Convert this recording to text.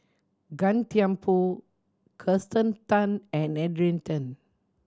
Gan Thiam Poh Kirsten Tan and Adrian Tan